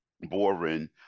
boring